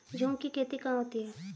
झूम की खेती कहाँ होती है?